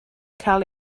cael